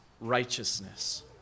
righteousness